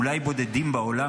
אולי בודדים בעולם,